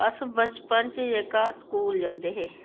अस बचपन च जेह्का स्कूल जंदे हे